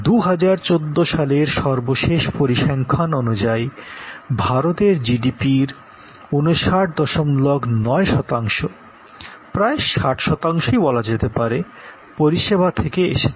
২০১৪ সালের সর্বশেষ পরিসংখ্যান অনুযায়ী ভারতের জিডিপির ৫৯৯ শতাংশ প্রায় ৬০ শতাংশই বলা যেতে পারে পরিষেবা থেকে এসেছে